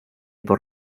por